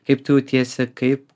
kaip tu jautiesi kaip